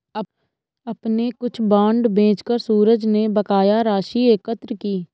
अपने कुछ बांड बेचकर सूरज ने बकाया राशि एकत्र की